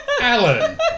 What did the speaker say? Alan